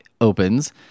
opens